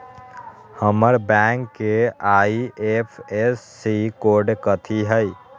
हमर बैंक के IFSC code कथि हई?